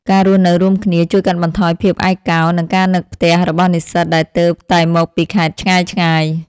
ការរស់នៅរួមគ្នាជួយកាត់បន្ថយភាពឯកោ និងការនឹកផ្ទះរបស់និស្សិតដែលទើបតែមកពីខេត្តឆ្ងាយៗ។